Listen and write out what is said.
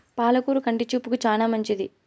పాల కూర కంటి చూపుకు చానా మంచిది